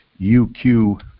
UQ